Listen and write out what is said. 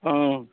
हाँ